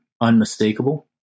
unmistakable